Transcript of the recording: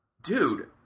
Dude